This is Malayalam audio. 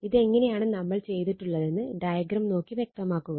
ഇതെങ്ങനെയാണ് നമ്മൾ ചെയ്തിട്ടുള്ളതെന്ന് ഡയഗ്രം നോക്കി വ്യക്തമാക്കുക